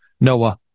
Noah